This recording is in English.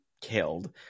killed